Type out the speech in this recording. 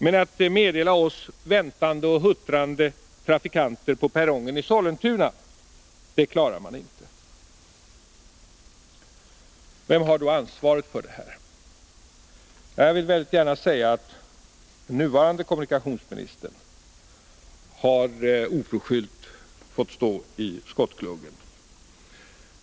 Men att lämna ett meddelande till oss väntande och huttrande trafikanter på perrongen i Sollentuna, det klarar man inte. Vem har då ansvaret för det här? Jag vill väldigt gärna säga att den nuvarande kommunikationsministern oförskyllt har fått stå i skottgluggen.